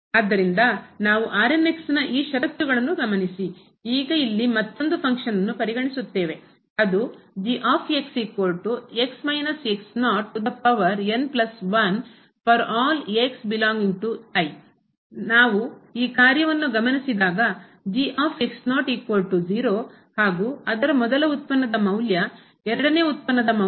ಆದ್ದರಿಂದ ನಾವು ಈ ಷರತ್ತುಗಳನ್ನು ಗಮನಿಸಿ ಈಗ ಇಲ್ಲಿ ಮತ್ತೊಂದು ಫಂಕ್ಷನನ್ನು ಕಾರ್ಯವನ್ನು ಪರಿಗಣಿಸುತ್ತೇವೆ ಅದು ನಾವು ಈ ಕಾರ್ಯವನ್ನು ಗಮನಿಸಿದಾಗ ಹಾಗೂ ಅದರ ಮೊದಲ ಉತ್ಪನ್ನದ ಮೌಲ್ಯ ಎರಡನೇ ಉತ್ಪನ್ನದ ಮೌಲ್ಯ